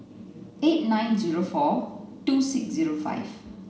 eight nine zero four two six zero five